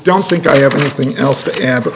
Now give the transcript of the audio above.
don't think i have anything else